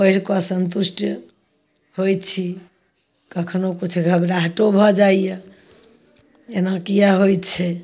पढ़ि कऽ सन्तुष्ट होइ छी कखनो किछु घबराहटो भऽ जाइया एना किए होइ छै